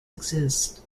exist